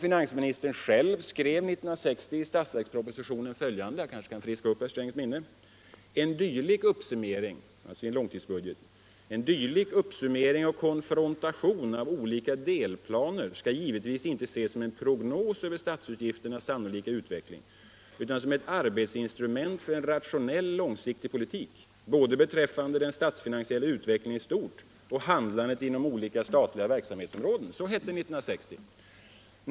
Finansministern skrev själv 1960 i statsverkspropositionen följande: ”En dylik uppsummering och konfrontation av olika delplaner skall givetvis inte ses som en prognos över statsutgifternas sannolika utveckling utan som ett arbetsinstrument för en rationell långsiktig politik, både beträffande den statsfinansiella utvecklingen i stort och handlandet inom olika statliga verksamhetsområden.” Så hette det 1960.